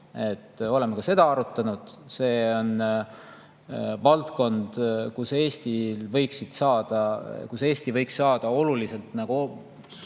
Oleme ka seda arutanud. See on valdkond, kus Eesti võiks saada oluliselt suurema